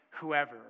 whoever